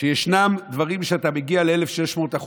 שישנם דברים שאתה מגיע ל-1,600%,